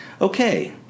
Okay